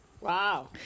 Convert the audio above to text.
Wow